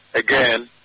again